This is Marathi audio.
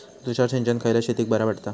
तुषार सिंचन खयल्या शेतीक बरा पडता?